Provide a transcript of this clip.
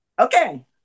Okay